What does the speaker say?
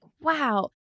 wow